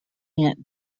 aunt